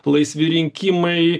laisvi rinkimai